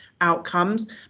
outcomes